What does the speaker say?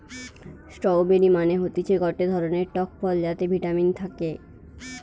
strawberry মানে হতিছে গটে ধরণের টক ফল যাতে ভিটামিন থাকে